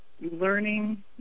learning